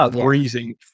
freezing